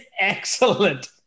excellent